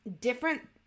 different